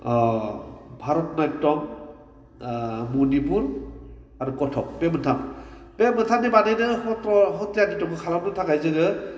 भारत नायटम मुनिपुर आरो कठक बे मोनथाम बे मोनथामनि बादैनो हथ्र हथ्रयानात्य'बो खालामनो थाखाय जोङो